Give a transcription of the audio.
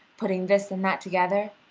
putting this and that together,